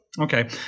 Okay